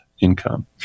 income